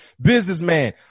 Businessman